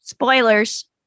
Spoilers